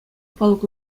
палӑк